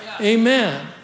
Amen